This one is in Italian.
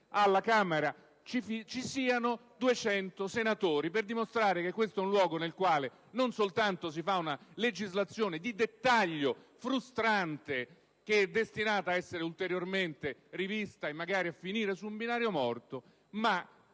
alla Camera, ci siano 200 senatori, per dimostrare che questo è un luogo nel quale non soltanto si fa una legislazione di dettaglio frustrante, destinata ad essere ulteriormente rivista e magari finire su un binario morto, ma